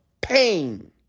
pain